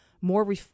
more